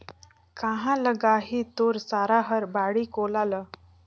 काँहा लगाही तोर सारा हर बाड़ी कोला ल